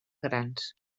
grans